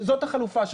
וזאת החלופה שלך.